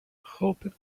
hoping